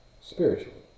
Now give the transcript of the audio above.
spiritually